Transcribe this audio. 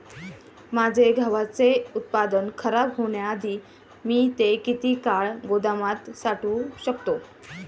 माझे गव्हाचे उत्पादन खराब होण्याआधी मी ते किती काळ गोदामात साठवू शकतो?